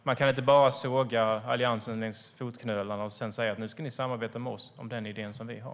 Man kan inte såga Alliansen längs fotknölarna och sedan säga: Nu ska ni samarbeta med oss om den idé som vi har.